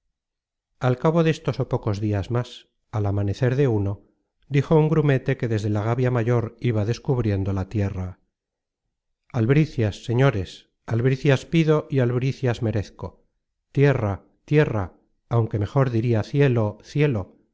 al cabo destos ó pocos más dias al amanecer de uno dijo un grumete que desde la gavia mayor iba descubriendo la tierra albricias señores albricias pido y albricias merezco tierra tierra aunque mejor diria cielo cielo